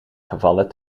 gevallen